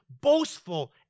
boastful